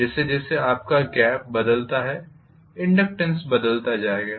जैसे जैसे आपका गेप बदलता है इनडक्टेन्स बदलता जाएगा